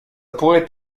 pouvait